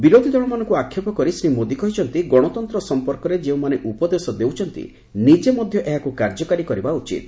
ବିରୋଧୀ ଦଳମାନଙ୍କୁ ଆକ୍ଷେପ କରି ଶ୍ରୀ ମୋଦୀ କହିଛନ୍ତି ଗଣତନ୍ତ୍ର ସମ୍ପର୍କରେ ଯେଉଁମାନେ ଉପଦେଶ ଦେଉଛନ୍ତି ନିଜେ ମଧ୍ୟ ଏହାକୁ କାର୍ଯ୍ୟକାରୀ କରିବା ଉଚିତ୍